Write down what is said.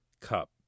cup